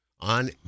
on